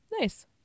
Nice